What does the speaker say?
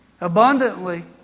abundantly